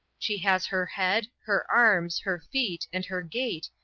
she has her head, her arms, her feet, and her gait,